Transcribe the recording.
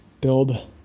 Build